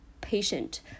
patient